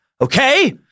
Okay